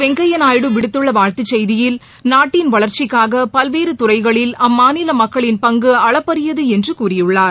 வெங்கய்யா நாயுடு விடுத்துள்ள வாழ்த்து செய்தியில் நாட்டின் வளர்ச்சிக்காக பல்வேறு துறைகளில் அம்மாநில மக்களின் பங்கு அளப்பரியது என்று கூறியுள்ளார்